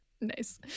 Nice